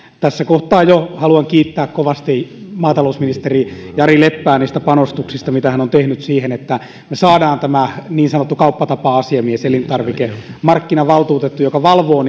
tässä kohtaa haluan kiittää kovasti maatalousministeri jari leppää niistä panostuksista mitä hän on tehnyt siihen että me saamme tämän niin sanotun kauppatapa asiamiehen elintarvikemarkkinavaltuutetun joka valvoo